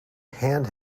hand